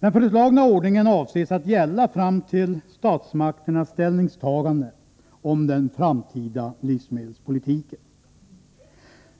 Den föreslagna ordningen avses att gälla fram till